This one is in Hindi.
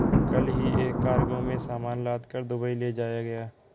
कल ही एक कार्गो में सामान लादकर दुबई ले जाया गया